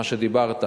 מה שדיברת.